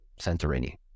Santorini